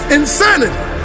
insanity